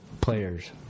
Players